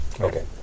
Okay